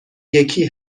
یکی